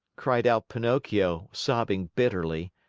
cried out pinocchio, sobbing bitterly.